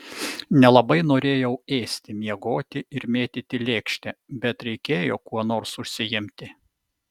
nelabai norėjau ėsti miegoti ir mėtyti lėkštę bet reikėjo kuo nors užsiimti